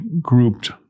grouped